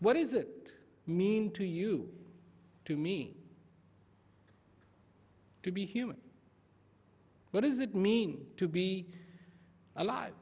what does it mean to you to me to be human what does it mean to be alive